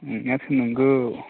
नंनायाथ' नोंगौ